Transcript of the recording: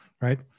Right